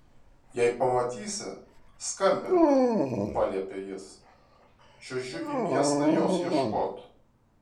jei pamatysi skambink paliepė jis čiuožiu į miestą jos ieškot